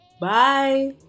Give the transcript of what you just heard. Bye